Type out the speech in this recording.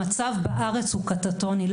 המצב בארץ הוא קטטוני.